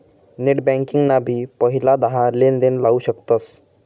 net banking ना भी पहिला दहा लेनदेण लाऊ शकतस